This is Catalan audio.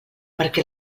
perquè